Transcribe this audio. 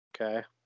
Okay